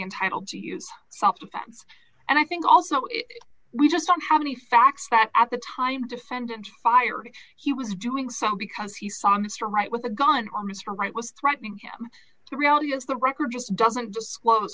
defense and i think also we just don't have any facts that at the time defendant fired he was doing so because he saw mr wright with a gun on mr wright was threatening him the reality is the record just doesn't disclose